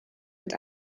mit